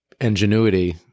ingenuity